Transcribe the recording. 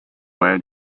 where